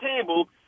table